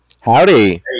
Howdy